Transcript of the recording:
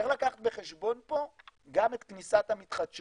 צריך לקחת בחשבון פה גם את כניסת המתחדשות.